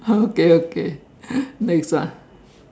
okay okay next one